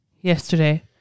Yesterday